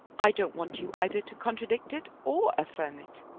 i don't want you either to contradict it or affirm it.